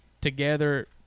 together